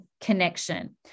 connection